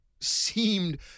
seemed